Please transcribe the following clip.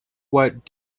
what